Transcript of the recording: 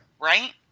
Right